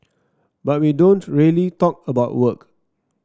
but we don't really talk about work